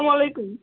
اسلام علیکُم